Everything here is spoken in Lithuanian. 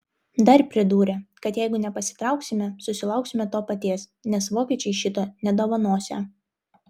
dar pridūrė kad jeigu nepasitrauksime susilauksime to paties nes vokiečiai šito nedovanosią